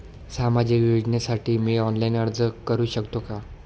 सामाजिक योजनेसाठी मी ऑनलाइन अर्ज करू शकतो का?